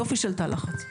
יופי של תא לחץ.